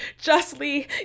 justly